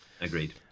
agreed